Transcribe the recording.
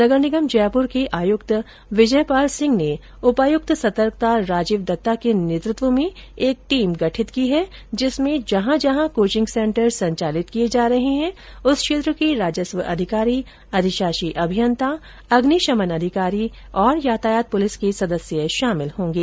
नगर निगम जयपुर के आयुक्त विजय पाल सिंह ने उपायुक्त सतर्कता राजीव दत्ता के नेतृत्व में एक टीम गठित की है जिसमें जहां जहां कोचिंग सेन्टर संचालित किये जा रहे हैं उस क्षेत्र के राजस्व अधिकारी अधिशाषी अभियन्ता अग्निशमन अधिकारी तथा यातायात पुलिस के सदस्य शामिल होंगे